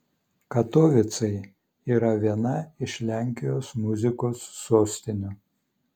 katovicai yra viena iš lenkijos muzikos sostinių